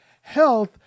health